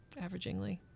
averagingly